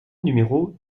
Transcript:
numéro